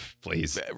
please